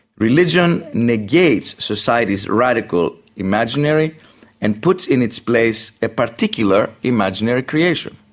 religion negates society's radical imaginary and puts in its place a particular imaginary creation.